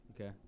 Okay